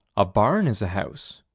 a barn is a house,